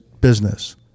business